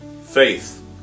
faith